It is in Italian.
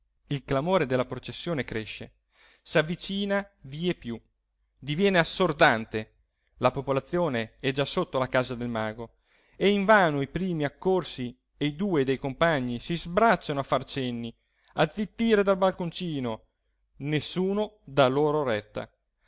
il clamore della processione cresce s'avvicina vie più diviene assordante la popolazione è già sotto la casa del mago e invano i primi accorsi e due dei compagni si sbracciano a far cenni a zittire dal balconcino nessuno dà loro retta